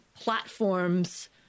platforms